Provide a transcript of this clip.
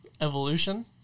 Evolution